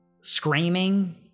screaming